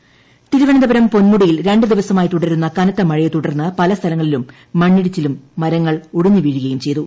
പൊൻമുടി അറിയിപ്പ് തിരുവനന്തപുരം പൊന്മുടിയിൽ രണ്ട് ദിവസമായി തുടരുന്ന കനത്ത മഴയെ തുടർന്ന് പല സ്ഥലങ്ങളിലും മണ്ണിടിച്ചിലും മരങ്ങൾ ഒടിഞ്ഞ് വീഴുകയും ചെയ്തു